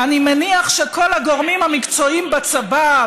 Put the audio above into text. אני מניח שכל הגורמים המקצועיים בצבא,